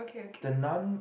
the Nun